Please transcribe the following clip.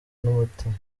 n’umutima